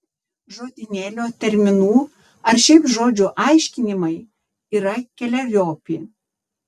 žodynėlio terminų ar šiaip žodžių aiškinimai yra keleriopi